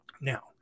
Now